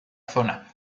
zona